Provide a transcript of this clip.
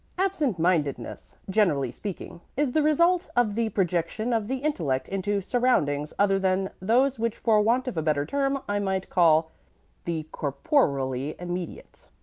absent-mindedness, generally speaking, is the result of the projection of the intellect into surroundings other than those which for want of a better term i might call the corporeally immediate.